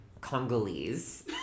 Congolese